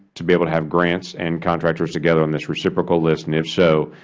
to be able to have grants and contractors together on this reciprocal list? and if so,